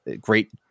great